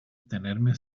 tenerme